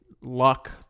luck